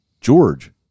George